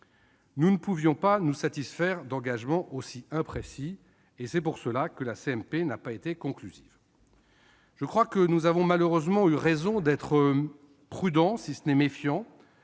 Nous ne pouvions pas nous satisfaire d'engagements aussi imprécis. C'est pour cette raison que la CMP n'a pas été conclusive. Nous avons malheureusement eu raison d'être prudents, si ce n'est méfiants,